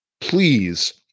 please